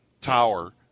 tower